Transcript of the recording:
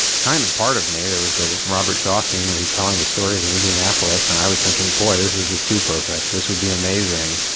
kind of part of me, there was the robert shaw scene where he's telling the story of the indianapolis and i was thinking, boy, this is just too perfect. this would be amazing.